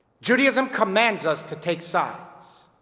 judaism commands us to take sides.